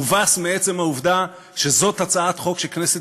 מובס מעצם העובדה שזאת הצעת חוק שכנסת